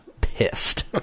pissed